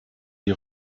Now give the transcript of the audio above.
die